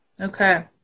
Okay